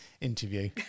interview